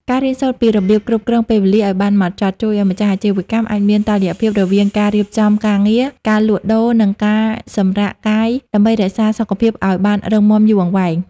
ការរៀនសូត្រពីរបៀបគ្រប់គ្រងពេលវេលាឱ្យបានហ្មត់ចត់ ជួយឱ្យម្ចាស់អាជីវកម្មអាចមានតុល្យភាពរវាងការរៀបចំការងារ ការលក់ដូរ និងការសម្រាកកាយដើម្បីរក្សាសុខភាពឱ្យបានរឹងមាំយូរអង្វែង។